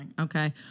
okay